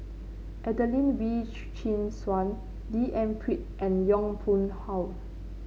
Adelene Wee Chin Suan D N Pritt and Yong Pung How